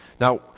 Now